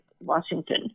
Washington